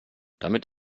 damit